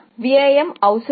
ఏమి జరుగుతుందో చూద్దాం